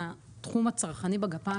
של התחום הצרכני בגפ"מ,